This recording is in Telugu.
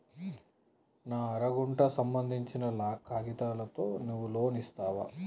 నా అర గంటకు సంబందించిన కాగితాలతో నువ్వు లోన్ ఇస్తవా?